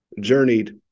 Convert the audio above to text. journeyed